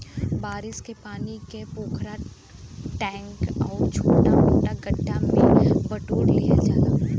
बारिश के पानी के पोखरा, टैंक आउर छोटा मोटा गढ्ढा में बटोर लिहल जाला